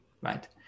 right